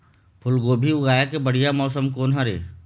फूलगोभी उगाए के बढ़िया मौसम कोन हर ये?